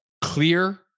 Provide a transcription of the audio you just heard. clear